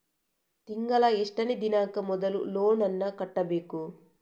ತಿಂಗಳ ಎಷ್ಟನೇ ದಿನಾಂಕ ಮೊದಲು ಲೋನ್ ನನ್ನ ಕಟ್ಟಬೇಕು?